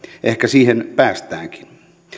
ehkä siihen päästäänkin